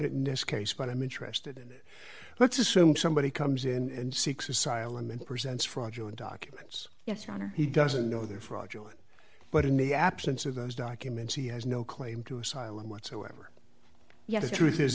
it in this case but i'm interested in let's assume somebody comes in and seeks asylum and presents fraudulent documents yes your honor he doesn't know they're fraudulent but in the absence of those documents he has no claim to asylum whatsoever yet the truth is